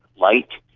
light,